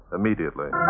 Immediately